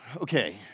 Okay